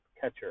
catcher